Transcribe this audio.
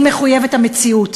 היא מחויבת המציאות.